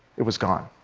it was gone.